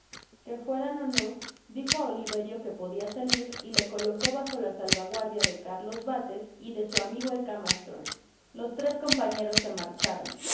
que ftoeran ó no dijo á oliverio que podia salir y le colocó bajo la salvaguardia de carlos bales y de su amigo el camastron los tres compañeros se marcharon el